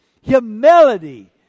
humility